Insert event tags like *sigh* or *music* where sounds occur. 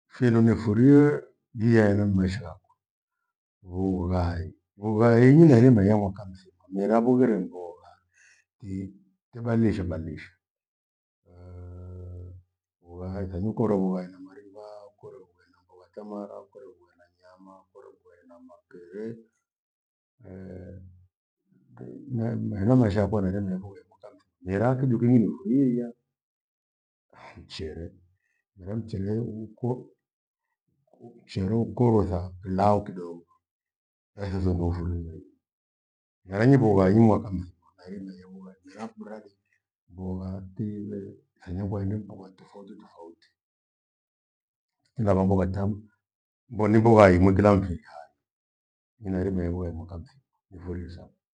Fijo nifurie iyee inmaisha yakwa, vughai. Vughai nairima iya mwaka mthima mera bughughire mbogha i- ibadilisha badilisha *hesitation* vughai kathi ukore vughai na mariva, ukore vughai na mbogha tamara, ukore vughai na nyama, ukore vughai na mapere. *hesitation* Ndu- ne- nehira maisha yakwa mera nehiko kikuta mera kidu khingi niliria ni mchere, mera mchere uko- mchere ukorotha pilau kidogo ethi thundu nifurie. Mera ingi vaimwa mwaka mthima, nainengwa mera kumrathi mbogha thile, thinya kwaendi mboga tofauti tofauti. Tinagha mbogha tam, mboni- mbohai mwi kila mfiri hai nairima iwe ya mwaka mthima niphurie san.